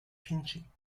pinching